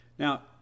Now